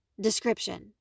description